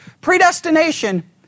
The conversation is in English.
Predestination